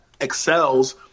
excels